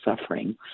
suffering